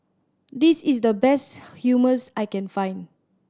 this is the best Hummus I can find